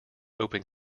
open